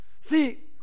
See